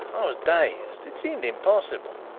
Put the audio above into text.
i was dazed it seemed impossible.